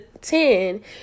ten